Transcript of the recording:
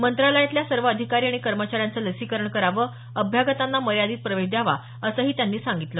मंत्रालयातल्या सर्व अधिकारी आणि कर्मचाऱ्यांचं लसीकरण करावं अभ्यागतांना मर्यादित प्रवेश द्यावा असंही त्यांनी सांगितलं